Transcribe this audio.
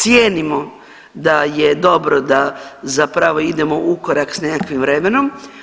Cijenimo da je dobro da zapravo idemo ukorak s nekakvim vremenom.